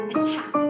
Attack